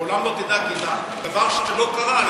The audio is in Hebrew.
לעולם לא תדע כי דבר שלא קרה,